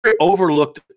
overlooked